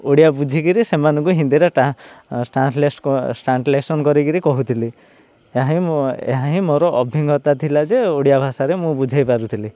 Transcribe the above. ଓଡ଼ିଆ ବୁଝିକିରି ସେମାନଙ୍କୁ ହିନ୍ଦୀରେ ଟ୍ରାନ୍ସଲେସନ୍ କରିକିରି କହୁଥିଲି ଏହା ହିଁ ଏହା ହିଁ ମୋର ଅଭିଜ୍ଞତା ଥିଲା ଯେ ଓଡ଼ିଆ ଭାଷାରେ ମୁଁ ବୁଝାଇ ପାରୁଥିଲି